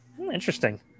Interesting